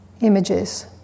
images